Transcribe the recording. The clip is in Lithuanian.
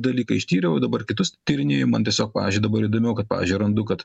dalyką ištyriau dabar kitus tyrinėju man tiesiog pavyzdžiui dabar įdomiau kad pavyzdžiui randu kad